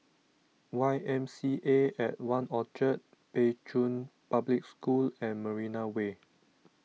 Y M C A at one Orchard Pei Chun Public School and Marina Way